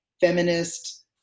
feminist